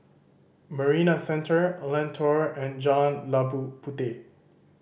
Marina Centre Lentor and Jalan Labu Puteh